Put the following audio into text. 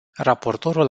raportorul